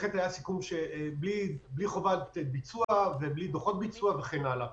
בלי חובת ביצוע ובלי דוחות ביצוע וכן הלאה.